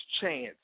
chance